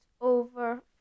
over